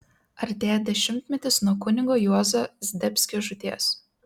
artėja dešimtmetis nuo kunigo juozo zdebskio žūties